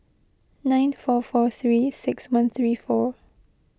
nine four four three six one three four